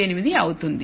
88 అవుతుంది